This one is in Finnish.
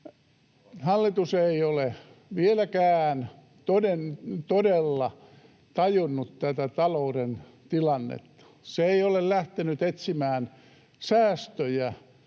hallitus ei ole vieläkään todella tajunnut tätä talouden tilannetta. Se ei ole lähtenyt etsimään säästöjä